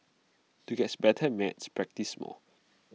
to gets better at maths practise more